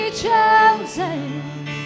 chosen